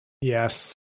Yes